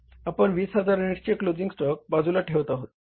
आपण 20000 युनिट्सचे closing stock बाजूला ठेवत आहोत